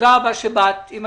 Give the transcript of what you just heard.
רק